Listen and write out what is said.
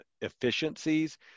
efficiencies